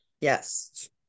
yes